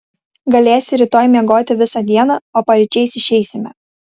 galėsi rytoj miegoti visą dieną o paryčiais išeisime